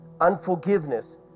unforgiveness